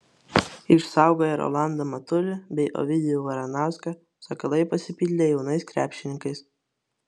išsaugoję rolandą matulį bei ovidijų varanauską sakalai pasipildė jaunais krepšininkais